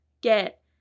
get